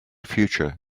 future